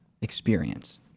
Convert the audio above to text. experience